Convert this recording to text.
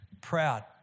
proud